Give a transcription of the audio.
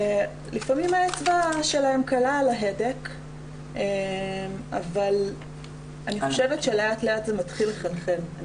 לפעמים האצבע שלהם קלה על ההדק אבל אני חושבת שלאט לאט זה מתחיל לחלחל.